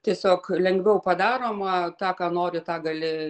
tiesiog lengviau padaroma tą ką nori tą gali